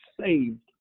saved